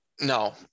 No